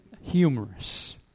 humorous